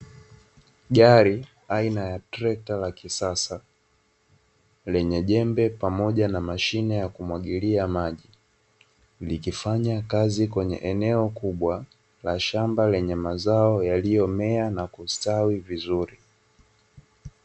Gari aina ya trekta la kisasa lenye jembe pamoja na mashine ya kumwagilia maji, likifanya kazi kwenye eneo kubwa la shamba lenye mazao yaliyomea na kustawi vizuri.